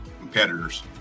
competitors